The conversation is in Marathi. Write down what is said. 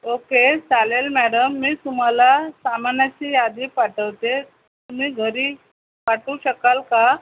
ओक्के चालेल मॅडम मी तुम्हाला सामानाची यादी पाठवते आहे तुम्ही घरी पाठवू शकाल का